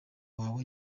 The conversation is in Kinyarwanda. wawe